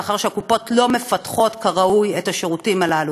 מאחר שהקופות לא מפתחות כראוי את השירותים הללו,